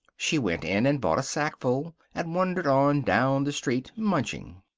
she went in and bought a sackful, and wandered on down the street, munching.